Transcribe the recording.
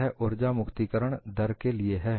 यह ऊर्जा मुक्तिकरण दर के लिए है